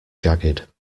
jagged